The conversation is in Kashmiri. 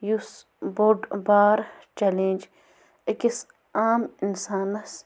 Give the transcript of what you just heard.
یُس بوٚڑ بار چٮ۪لینٛج أکِس عام اِنسانَس